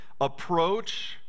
approach